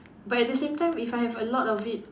but at the same time if I have a lot of it